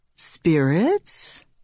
Spirits